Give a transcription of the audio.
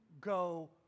go